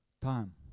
time